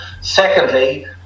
Secondly